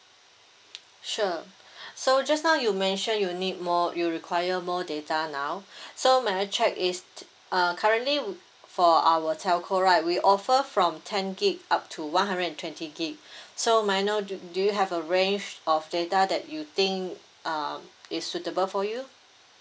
sure so just now you mentioned you need more you require more data now so may I check is err currently for our telco right we offer from ten gig up to one hundred and twenty gig so may I know do do you have a range of data that you think uh is suitable for you